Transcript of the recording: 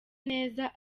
neza